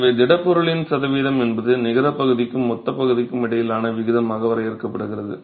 எனவே திடப்பொருளின் சதவீதம் என்பது நிகரப் பகுதிக்கும் மொத்தப் பகுதிக்கும் இடையிலான விகிதமாக வரையறுக்கப்படுகிறது